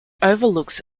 overlooks